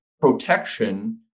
protection